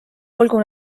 olgu